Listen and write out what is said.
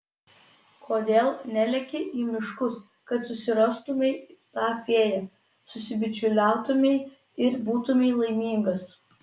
kodėl neleki į miškus kad susirastumei tą fėją susibičiuliautumei ir būtumei laimingas